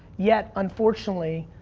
yet unfortunately,